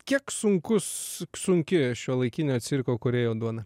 kiek sunkus sunki šiuolaikinio cirko kūrėjo duona